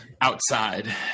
outside